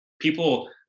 people